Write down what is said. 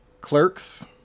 Clerks